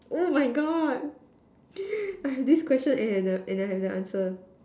oh my God I have this question and and I have I have an answer